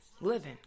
living